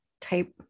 type